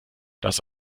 das